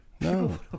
No